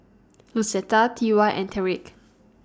Lucetta T Y and Tyrik